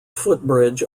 footbridge